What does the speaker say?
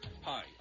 Hi